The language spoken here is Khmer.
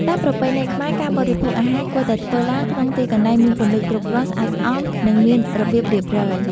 តាមប្រពៃណីខ្មែរ ការបរិភោគអាហារគួរតែធ្វើឡើងក្នុងទីកន្លែងមានពន្លឺគ្រប់គ្រាន់ ស្អាតស្អំ និងមានរបៀបរៀបរយ ។